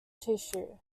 tissue